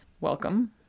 welcome